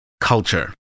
culture